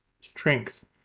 strength